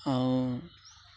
ଆଉ